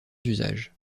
d’usage